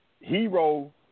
hero